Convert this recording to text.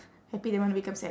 happy then wanna become sad